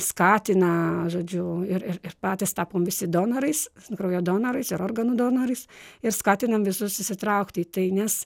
skatina žodžiu ir ir patys tapom visi donorais kraujo donorais ir organų donorais ir skatinam visus įsitraukti į tai nes